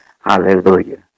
Hallelujah